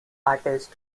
artist